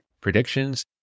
Predictions